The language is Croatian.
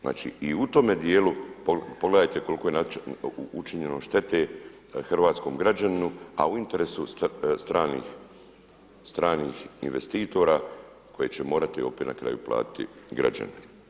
Znači i u tome dijelu, pogledajte koliko je učinjeno štete hrvatskom građaninu a u interesu stranih investitora koji će morati opet na kraju platiti građani.